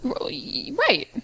Right